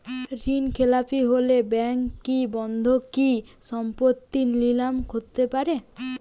ঋণখেলাপি হলে ব্যাঙ্ক কি বন্ধকি সম্পত্তি নিলাম করতে পারে?